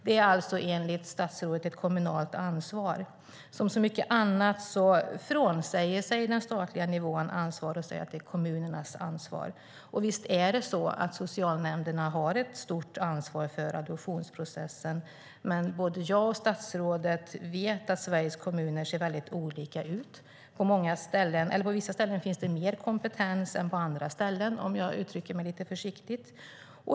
Det är alltså enligt statsrådet ett kommunalt ansvar. Som så ofta annars frånsäger sig den statliga nivån ansvaret och säger att det är kommunernas ansvar. Visst har socialnämnderna ett stort ansvar för adoptionsprocessen, men både jag och statsrådet vet att Sveriges kommuner ser väldigt olika ut. På vissa ställen finns det mer kompetens än på andra ställen, om jag uttrycker mig lite försiktigt.